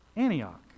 Antioch